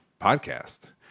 podcast